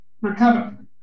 recover